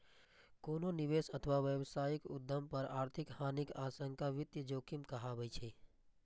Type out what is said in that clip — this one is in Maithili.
कोनो निवेश अथवा व्यावसायिक उद्यम पर आर्थिक हानिक आशंका वित्तीय जोखिम कहाबै छै